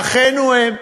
ואחינו הם,